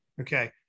Okay